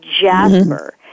Jasper